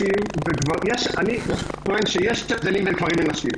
אני טוען שיש הבדלים בין גברים ונשים,